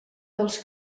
dels